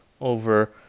over